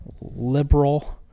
Liberal